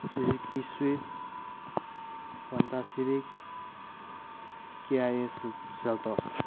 Suzuki swift Honda civic K I A Seltos